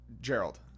Gerald